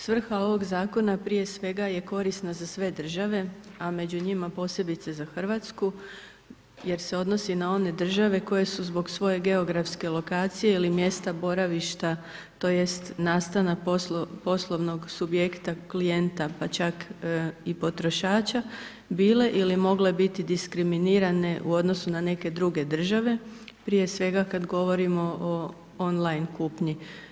Svrha ovog Zakona prije svega je korisna za sve države, a među njima posebice za Hrvatsku, jer se odnosi na one države koje su zbog svoje geografske lokacije ili mjesta boravišta to jest nastana poslovnog subjekta klijenta, pa čak i potrošača, bile ili mogle biti diskriminirane u odnosu na neke druge države, prije svega kad govorimo o online kupnji.